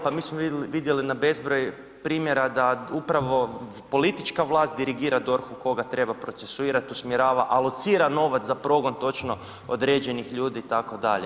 Pa mi smo vidjeli na bezbroj primjera da upravo politička vlast dirigira DORH-u koga treba procesirati, usmjerava, alocira novac za progon točno određenih ljudi, itd.